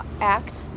act